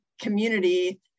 community